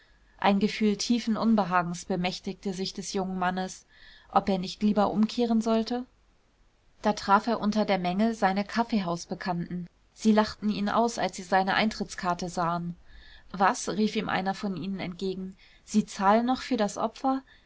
ein gefühl tiefen unbehagens bemächtigte sich des jungen mannes ob er nicht lieber umkehren sollte da traf er unter der menge seine kaffeehausbekannten sie lachten ihn aus als sie seine eintrittskarte sahen was rief ihm einer von ihnen entgegen sie zahlen noch für das opfer